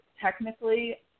technically